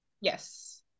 yes